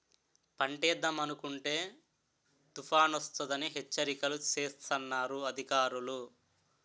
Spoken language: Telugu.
పంటేద్దామనుకుంటే తుపానొస్తదని హెచ్చరికలు సేస్తన్నారు అధికారులు